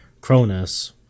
Cronus